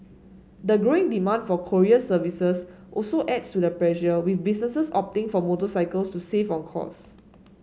the growing demand for courier services also adds to the pressure with businesses opting for motorcycles to save on cost